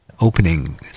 opening